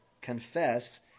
confess